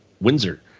Windsor